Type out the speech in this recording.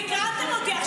אתם סקרנתם אותי.